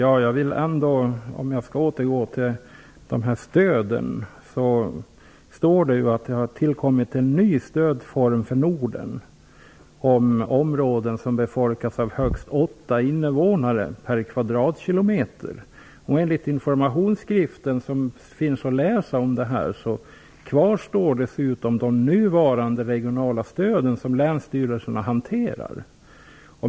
Herr talman! Om jag återgår till stöden, står det att det har tillkommit en ny stödform för Norden för områden som befolkas av högst åtta invånare per kvadratkilometer. Enligt den informationsskrift som finns att läsa om detta kvarstår dessutom de nuvarande regionala stöd som länsstyrelserna hanterar.